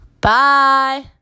Bye